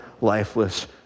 lifeless